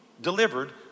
delivered